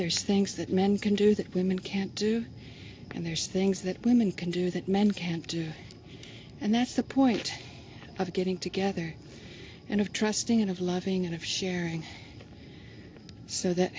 there's things that men can do that women can't do and there's things that women can do that men can't do and that's the point of getting together and of trusting and of loving and of sharing so that